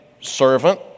Servant